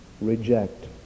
reject